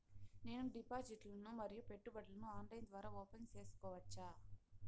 నేను డిపాజిట్లు ను మరియు పెట్టుబడులను ఆన్లైన్ ద్వారా ఓపెన్ సేసుకోవచ్చా?